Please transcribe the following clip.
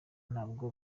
ntabwo